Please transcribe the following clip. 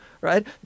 Right